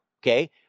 Okay